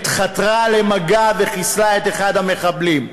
עת חתרה למגע וחיסלה את אחד המחבלים,